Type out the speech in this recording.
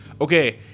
Okay